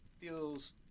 feels